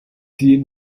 die